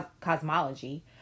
cosmology